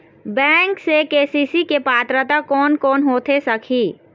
Bank से KCC के पात्रता कोन कौन होथे सकही?